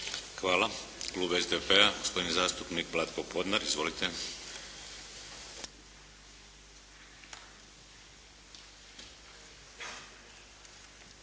Hvala. Klub SDP-a, gospodin zastupnik Vlatko Podnar. Izvolite.